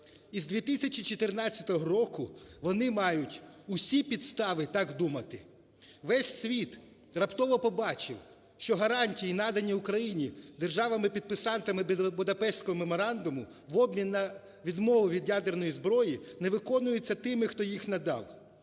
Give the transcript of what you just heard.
Із 2014 року вони мають усі підстави так думати. Весь світ раптово побачив, що гарантії надані України державами-підписантами Будапештського меморандуму в обмін на відмову від ядерної зброї не виконується тими, хто їх надав.